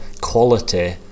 quality